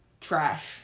trash